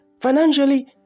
Financially